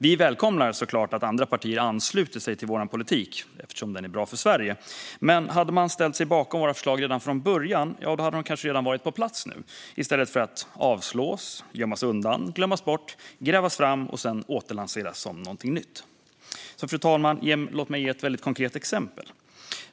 Vi välkomnar såklart att andra partier ansluter sig till vår politik, eftersom den är bra för Sverige. Men hade man ställt sig bakom våra förslag redan från början hade de kanske redan varit på plats nu, i stället för att avslås, gömmas undan, glömmas bort, grävas fram och sedan återlanseras som något nytt. Fru talman! Låt mig ge ett väldigt konkret exempel.